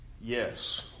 Yes